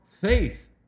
faith